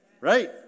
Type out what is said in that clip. Right